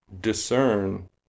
discern